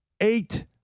eight